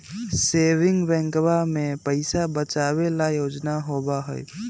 saving बैंकवा में पैसा बचावे ला योजना होबा हई